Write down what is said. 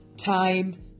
time